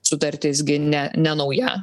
sutartis gi ne nenauja